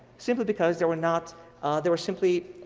simply because they were not they were simply